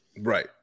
Right